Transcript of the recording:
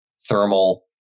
thermal